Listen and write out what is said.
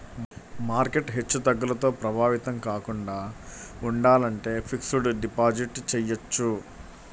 market హెచ్చుతగ్గులతో ప్రభావితం కాకుండా ఉండాలంటే ఫిక్స్డ్ డిపాజిట్ చెయ్యొచ్చు